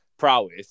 prowess